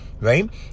right